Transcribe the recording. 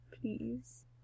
please